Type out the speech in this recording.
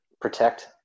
protect